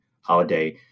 holiday